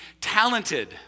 talented